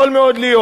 יכול מאוד להיות.